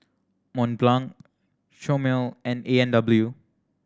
Mont Blanc Chomel and A and W